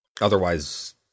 Otherwise